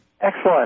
Excellent